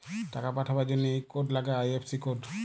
টাকা পাঠাবার জনহে ইক কোড লাগ্যে আই.এফ.সি কোড